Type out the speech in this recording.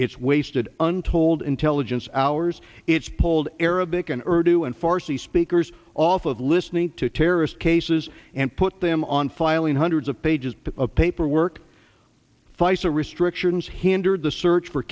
it's wasted untold intelligence hours it's pulled arabic and earth two and farsi speakers off of listening to terrorist cases and put them on filing hundreds of pages of paperwork facer restrictions hindered the search for